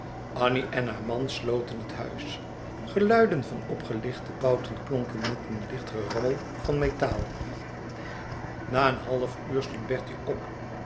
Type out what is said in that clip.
annie en haar man sloten het huis geluiden van opgelichte bouten klonken met een licht gerammel van metaal na een half uur stond bertie op